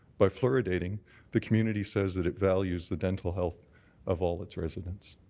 by fluoridating the community says that it values the dental health of all its residents.